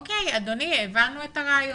אדוני, הבנו את הרעיון.